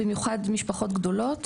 במיוחד משפחות גדולות